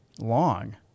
long